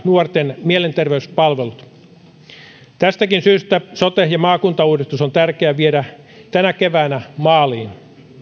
nuorten mielenterveyspalvelut tästäkin syystä sote ja maakuntauudistus on tärkeää viedä tänä keväänä maaliin